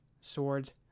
swords